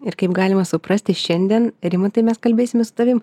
ir kaip galima suprasti šiandien rimtantai mes kalbėsimes tavim